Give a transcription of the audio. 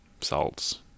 salts